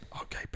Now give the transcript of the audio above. Okay